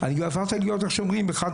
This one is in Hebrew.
אני כבר הפכתי להיות, איך אומרים, אחד